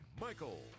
Michael